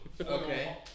Okay